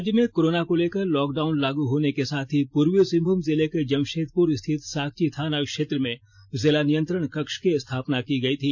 राज्य में कोरोना को लेकर लॉक डाउन लागू होने के साथ ही पूर्वी सिंहभूम जिले के जमषेदपुर स्थित साकची थाना क्षेत्र में जिला नियंत्रण कक्ष की स्थापना की गई थी